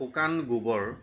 শুকান গোবৰ